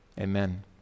amen